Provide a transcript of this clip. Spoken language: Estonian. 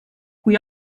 kui